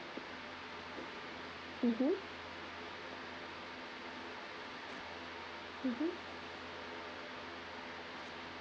mmhmm mmhmm